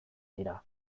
dira